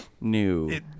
New